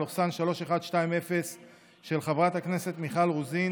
של חברת הכנסת מיכל רוזין